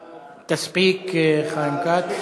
תספיק, חיים כץ.